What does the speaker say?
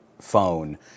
phone